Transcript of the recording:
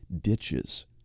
ditches